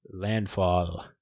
landfall